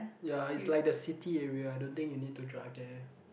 ya it's like the city area I don't think you need to drive there